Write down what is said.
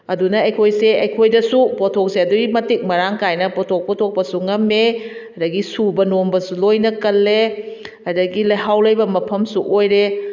ꯑꯗꯨꯅ ꯑꯩꯈꯣꯏꯁꯦ ꯑꯩꯈꯣꯏꯗꯁꯨ ꯄꯣꯠꯊꯣꯛꯁꯦ ꯑꯗꯨꯛꯀꯤ ꯃꯇꯤꯛ ꯃꯔꯥꯡ ꯀꯥꯏꯅ ꯄꯣꯠꯊꯣꯛ ꯄꯨꯊꯣꯛꯄꯁꯨ ꯉꯝꯃꯦ ꯑꯗꯒꯤ ꯁꯨꯕ ꯅꯣꯝꯕꯁꯨ ꯂꯣꯏꯅ ꯀꯜꯂꯦ ꯑꯗꯒꯤ ꯂꯩꯍꯥꯎ ꯂꯩꯕ ꯃꯐꯝꯁꯨ ꯑꯣꯏꯔꯦ